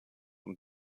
und